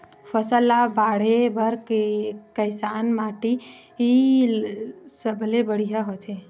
फसल ला बाढ़े बर कैसन माटी सबले बढ़िया होथे?